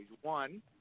One